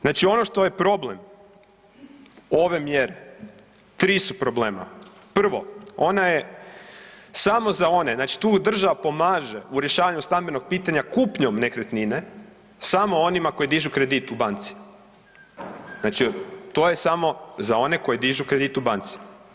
Znači ono što je problem ove mjere, tri su problema, prvo ona je samo za one znači tu država pomaže u rješavanju stambenog pitanja kupnjom nekretnine samo onima koji dižu kredit u banci, znači to je samo za one koji dižu kredit u banci.